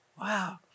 Wow